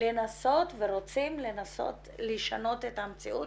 לנסות ורוצים לנסות לשנות את המציאות